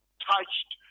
touched